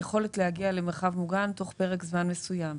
היכולת להגיע למרחב מוגן תוך פרק זמן מסוים.